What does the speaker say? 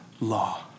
law